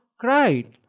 cried